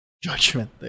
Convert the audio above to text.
judgment